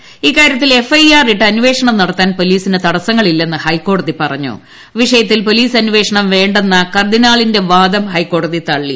്രഇക്കാരൃത്തിൽ F I R ഇട്ട് അന്വേഷണം നടത്താൻ പൊലീസിന് തടസ്സങ്ങളില്ലെന്ന് ഹൈക്കോടതി പറഞ്ഞും പ്രീഷയത്തിൽ പൊലീസ് അന്വേഷണം വേണ്ടെന്നുകർദ്ദിനാളിന്റെ വാദം ഹൈക്കോടതി തള്ളി